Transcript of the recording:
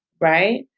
Right